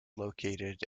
located